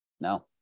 no